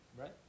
right